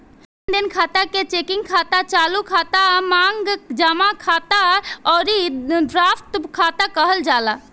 लेनदेन खाता के चेकिंग खाता, चालू खाता, मांग जमा खाता अउरी ड्राफ्ट खाता कहल जाला